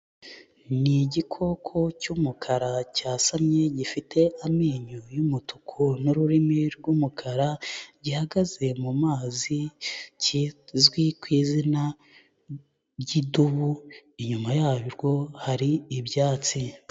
Ni igikoko cy'umukara cyasamye gifite amenyo y'umutuku n'ururimi rw'umukara gihagaze mu mazi kizwi ku izina ry'idubu, inyuma yarwo hari ibyatsi.